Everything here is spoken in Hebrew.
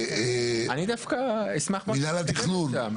אני דווקא אשמח מאוד להתקדם לשם.